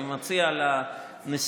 אני מציע לנשיאות,